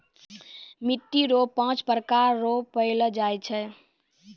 मिट्टी रो पाँच प्रकार रो पैलो जाय छै